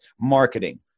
marketing